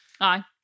aye